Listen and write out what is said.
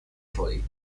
italy